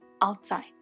outside